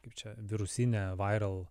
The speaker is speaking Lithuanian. kaip čia virusine vairal